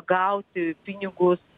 atgauti pinigus